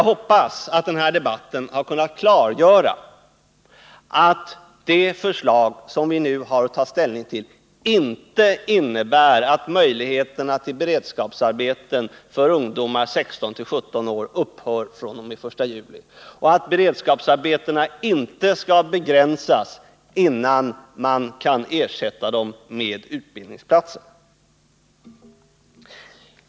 Jag hoppas att vii den här debatten har kunnat klargöra att det förslag som kammaren nu har att ta ställning till inte innebär att möjligheterna till beredskapsarbeten för ungdomar i 16-17-årsåldern upphör fr.o.m. den 1 juli; beredskapsarbetena skall inte begränsas förrän man kan ersätta dem med utbildningsplatser.